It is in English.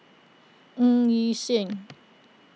Ng Yi Sheng